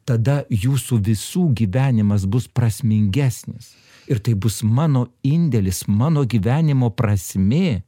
tada jūsų visų gyvenimas bus prasmingesnis ir tai bus mano indėlis mano gyvenimo prasmė